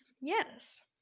Yes